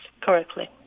correctly